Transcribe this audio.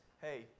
hey